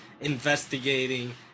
investigating